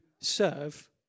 serve